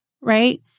Right